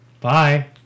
Bye